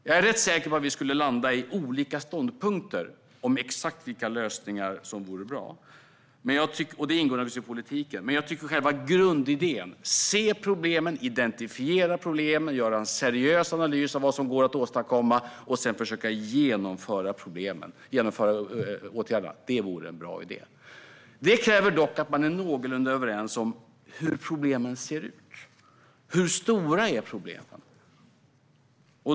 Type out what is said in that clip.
Jag är rätt säker på att vi skulle landa i olika ståndpunkter i fråga om exakt vilka lösningar som vore bra. Det går ingår i politiken. Men jag tycker att själva grundidén - att se problemen, identifiera dem, göra en seriös analys av vad som går att åstadkomma och sedan försöka genomföra åtgärderna - är en bra idé. Det kräver dock att man är någorlunda överens om hur problemen ser ut och hur stora de är.